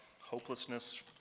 Hopelessness